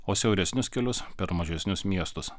o siauresnius kelius per mažesnius miestus